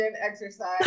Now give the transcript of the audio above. exercise